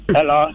Hello